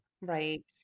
Right